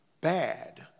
bad